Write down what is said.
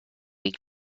week